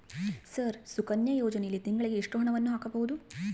Sir Sukanya ಯೋಜನೆಯಲ್ಲಿ ತಿಂಗಳಿಗೆ ಎಷ್ಟು ಹಣವನ್ನು ಹಾಕಬಹುದು?